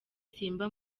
simba